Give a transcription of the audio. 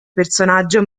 personaggio